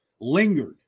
lingered